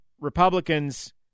Republicans